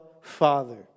Father